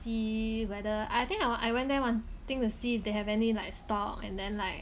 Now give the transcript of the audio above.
see whether I think I we~ I went there wanting to see if they have any like stock and then like